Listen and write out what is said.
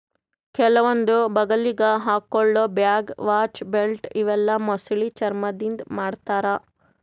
ಕೆಲವೊಂದ್ ಬಗಲಿಗ್ ಹಾಕೊಳ್ಳ ಬ್ಯಾಗ್, ವಾಚ್, ಬೆಲ್ಟ್ ಇವೆಲ್ಲಾ ಮೊಸಳಿ ಚರ್ಮಾದಿಂದ್ ಮಾಡ್ತಾರಾ